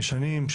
ישנים,